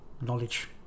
knowledge